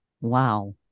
Wow